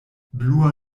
blua